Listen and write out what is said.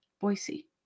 Boise